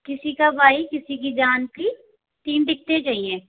किसी का भाई किसी की जान की तीन टिकटें चाहिए